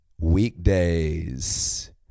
weekdays